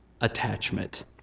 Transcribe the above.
attachment